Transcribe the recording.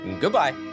Goodbye